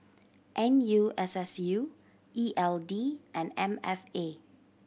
N U S S U E L D and M F A